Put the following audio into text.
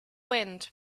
wind